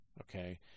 Okay